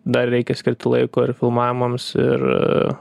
dar reikia skirti laiko ir filmavimams ir